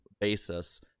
basis